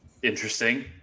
interesting